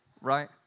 right